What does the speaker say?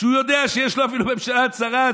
כשהוא יודע שיש לו אפילו ממשלה צרה,